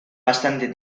bastante